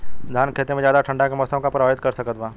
धान के खेती में ज्यादा ठंडा के मौसम का प्रभावित कर सकता बा?